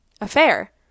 affair